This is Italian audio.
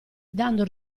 dando